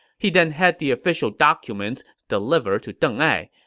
he then had the official documents delivered to deng ai.